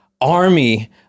army